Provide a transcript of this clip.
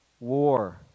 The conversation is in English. War